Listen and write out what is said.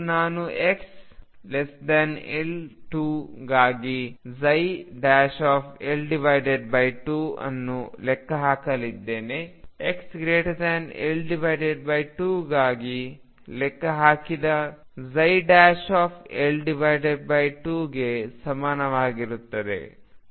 ಮತ್ತು ನಾನು x L2 ಗಾಗಿ L2 ಅನ್ನು ಲೆಕ್ಕ ಹಾಕಲಿದ್ದೇನೆ xL2 ಗಾಗಿ ಲೆಕ್ಕಹಾಕಿದ L2 ಗೆ ಸಮನಾಗಿರುತ್ತದೆ